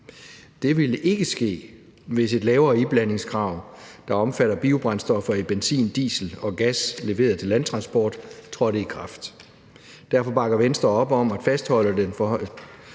Det vil ikke ske, hvis et lavere iblandingskrav, der omfatter biobrændstoffer i benzin, diesel og gas leveret til landtransport, trådte i kraft. Derfor bakker Venstre op om at fastholde den forhøjelse